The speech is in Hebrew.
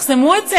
תחסמו את זה.